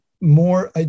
more